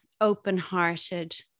open-hearted